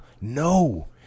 No